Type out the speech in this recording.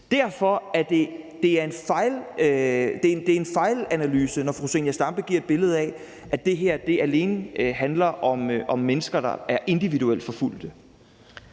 Derfor er det en fejlanalyse, når fru Zenia Stampe giver et billede af, at det her alene handler om mennesker, der er individuelt forfulgt.